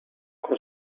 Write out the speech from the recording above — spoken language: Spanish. con